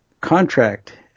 contract